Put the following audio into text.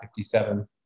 57%